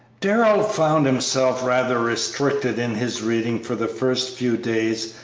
darrell found himself rather restricted in his reading for the first few days,